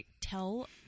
tell